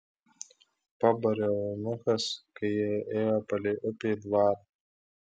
pabarė eunuchas kai jie ėjo palei upę į dvarą